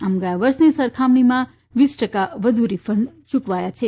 આમ ગયા વર્ષની સરખામણીમાં વીસ ટકા વધુ રીફંડ યુકવાયા છે